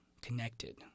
connected